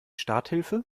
starthilfe